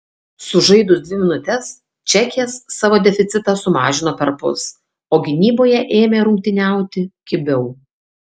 sužaidus dvi minutes čekės savo deficitą sumažino perpus o gynyboje ėmė rungtyniauti kibiau